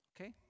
Okay